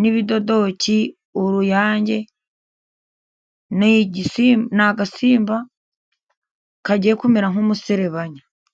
n'ibidodoki, uruyange. Ni igisi ni agasimba kagiye kumera nk'umuserebanya.